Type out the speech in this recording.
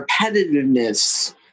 repetitiveness